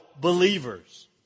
believers